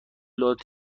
داد